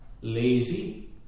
lazy